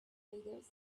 invaders